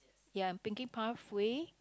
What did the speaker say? ya pinky pathway